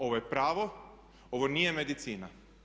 Ovo je pravo, ovo nije medicina.